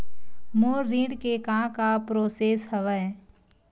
मोर ऋण के का का प्रोसेस हवय?